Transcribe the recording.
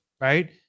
right